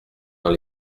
dans